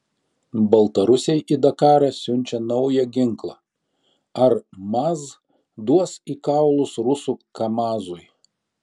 baltarusiai į dakarą siunčia naują ginklą ar maz duos į kaulus rusų kamazui